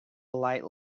light